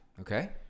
okay